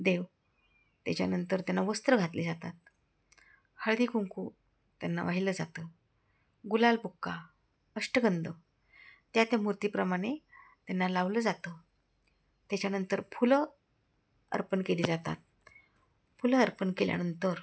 देव त्याच्यानंतर त्यांना वस्त्र घातली जातात हळदी कुंकू त्यांना वाहिलं जातं गुलाल बुक्का अष्टगंंध त्या त्या मूर्तीप्रमाणे त्यांना लावलं जातं त्याच्यानंतर फुलं अर्पण केली जातात फुलं अर्पण केल्यानंतर